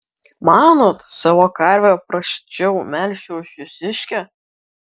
manot savo karvę prasčiau melšiu už jūsiškę